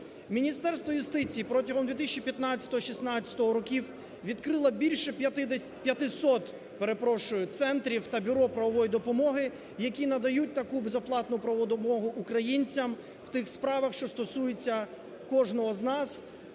Міністерство юстиції протягом 2015-2016 років відкрило більше 50… 500, перепрошую, центрів та бюро правової допомоги, які надають таку безоплатну правову допомогу українцям в тих справах, що стосуються кожного з нас,